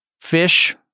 fish